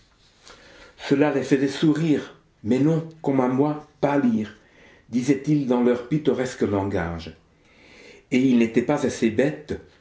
cela les faisait sourire mais non comme à moi pâlir disaient-ils dans leur pittoresque langage et ils n'étaient pas assez bêtes